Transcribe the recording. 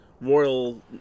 royal